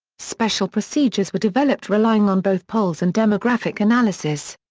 special procedures were developed relying on both polls and demographic analysis.